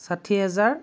ষাঠি হাজাৰ